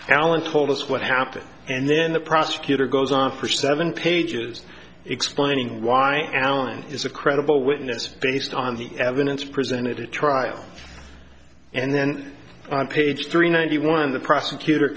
allen told us what happened and then the prosecutor goes on for seven pages explaining why alan is a credible witness based on the evidence presented at trial and then on page three ninety one the prosecutor